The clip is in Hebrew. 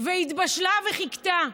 והתבשלה וחיכתה,